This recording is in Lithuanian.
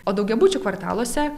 o daugiabučių kvartaluose